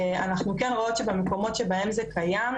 אנחנו כן רואות שבמקומות שבהם זה קיים,